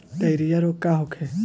Diarrhoea रोग का होखे?